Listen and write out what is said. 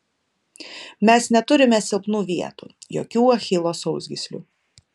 mes neturime silpnų vietų jokių achilo sausgyslių